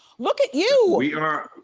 look at you! we are,